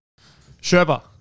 Sherpa